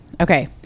Okay